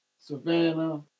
Savannah